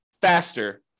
faster